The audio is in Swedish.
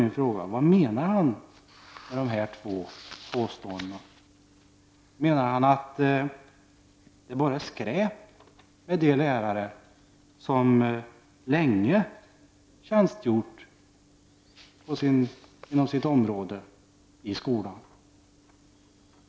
Min fråga är: Vad menar Birger Hagård med dessa två påståenden? Menar han att det bara är skräp med de lärare som länge tjänstgjort inom sitt område i skolan?